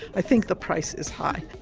i think the price is high.